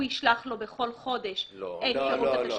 ישלח לו בכל חודש את פירוט התשלומים,